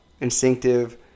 instinctive